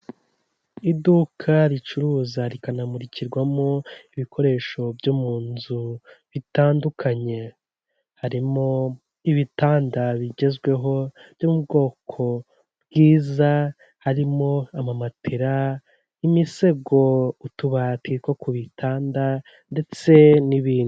Iduka ricuruza rikanamurikirwamo ibikoresho byo mu nzu bitandukanye, harimo ibitanda bigezweho byo mu bwoko bwiza harimo amamatela, imisego utubati two ku bitanda ndetse n'ibindi.